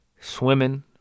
swimming